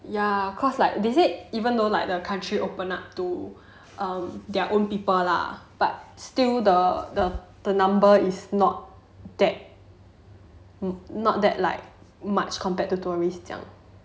ya cause like they say even though like the country open up to um their own people lah but still the the the number is not that not that like much compared to tourists mm